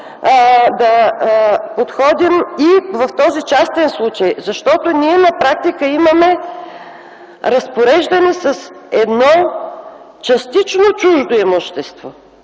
да подходим и в този частен случай, защото на практика имаме разпореждане с едно частично чуждо имущество.